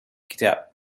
كتاب